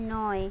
নয়